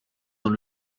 dans